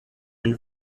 and